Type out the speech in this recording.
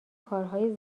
کارهای